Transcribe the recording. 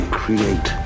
create